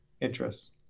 interests